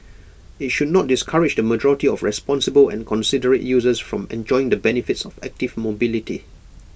IT should not discourage the majority of responsible and considerate users from enjoying the benefits of active mobility